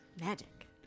Magic